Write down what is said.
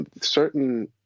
Certain